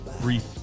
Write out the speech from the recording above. brief